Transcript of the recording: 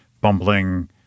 bumbling